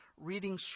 reading